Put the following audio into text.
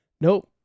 Nope